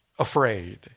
afraid